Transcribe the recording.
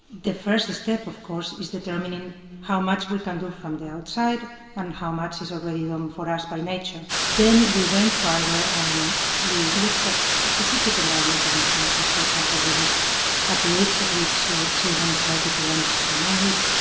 the first step of course is determining how much we can do from the outside and how much is already done um for us by nature. then we went further, and we looked at specific environmental influences, for example we looked at the age at which ah children and started to learn the second language,